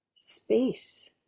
space